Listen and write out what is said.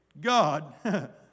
God